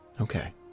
Okay